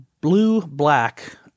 blue-black